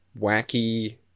wacky